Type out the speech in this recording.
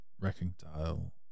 reconcile